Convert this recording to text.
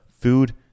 Food